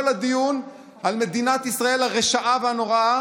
כל הדיון על מדינת ישראל הרשעה והנוראה